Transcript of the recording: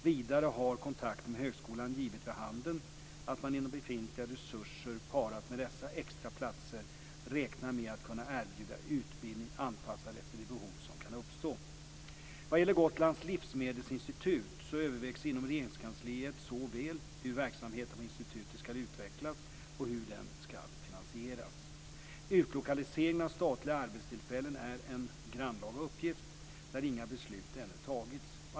Vidare har kontakter med högskolan givit vid handen att man inom befintliga resurser parat med dessa extra platser räknar med att kunna erbjuda utbildning anpassad efter de behov som kan uppstå. Vad gäller Gotlands livsmedelsinstitut övervägs inom Regeringskansliet såväl hur verksamheten på institutet ska utvecklas som hur den ska finansieras. Utlokaliseringen av statliga arbetstillfällen är en grannlaga uppgift där inga beslut ännu tagits.